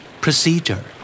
Procedure